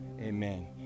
Amen